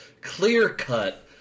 clear-cut